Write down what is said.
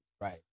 Right